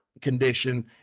condition